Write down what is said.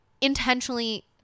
intentionally